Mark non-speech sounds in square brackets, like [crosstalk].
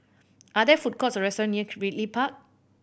are there food courts or restaurants near [unintelligible] Park